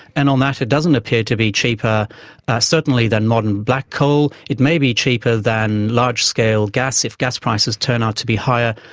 and on that it doesn't appear to be cheaper certainly than modern black coal. it may be cheaper than large-scale gas if gas prices turn out to be higher,